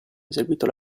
eseguito